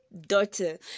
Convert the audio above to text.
daughter